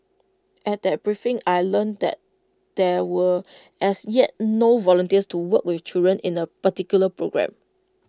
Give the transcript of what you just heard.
at that briefing I learnt that there were as yet no volunteers to work with children in A particular programme